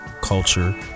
culture